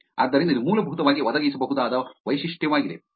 ಆದ್ದರಿಂದ ಇದು ಮೂಲಭೂತವಾಗಿ ಒದಗಿಸಬಹುದಾದ ವೈಶಿಷ್ಟ್ಯವಾಗಿದೆ